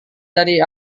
dari